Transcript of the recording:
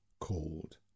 called